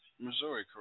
Missouri